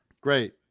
Great